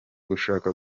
gushaka